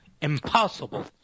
impossible